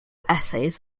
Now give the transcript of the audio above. essays